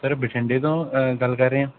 sir ਬਠਿੰਡੇ ਤੋਂ ਗੱਲ ਕਰ ਰਹੇ ਹਾਂ